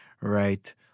Right